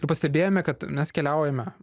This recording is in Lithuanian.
ir pastebėjome kad mes keliaujame